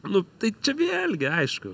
nu tai čia vėlgi aišku